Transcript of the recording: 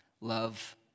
Love